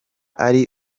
ari